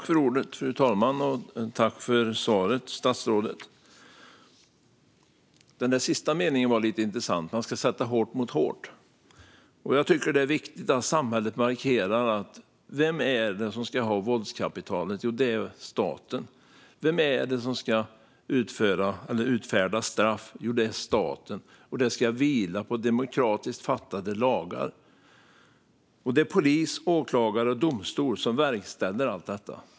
Fru talman! Tack för svaret, statsrådet! Den sista meningen var lite intressant: Man ska sätta hårt mot hårt. Jag tycker att det är viktigt att samhället markerar: Vem är det som ska ha våldskapitalet? Jo, det är staten. Vem är det som ska utfärda straff? Jo, det är staten. Det ska vila på demokratiskt stiftade lagar, och det är polis, åklagare och domstol som verkställer allt detta.